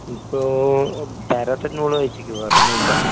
ഇപ്പോൾ പാരസെറ്റമോൾ കഴിച്ചു നിൽക്കുകയാ വേറെയൊന്നുമില്ല